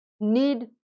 need